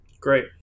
Great